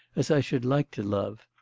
as i should like to love.